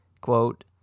Quote